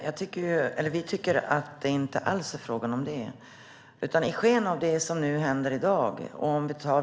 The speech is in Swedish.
Herr talman! Vi tycker inte alls att det är fråga om det.